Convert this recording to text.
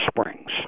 Springs